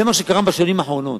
זה מה שקרה בשנים האחרונות.